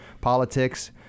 politics